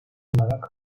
olarak